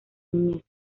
niñez